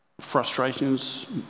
frustrations